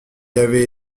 avait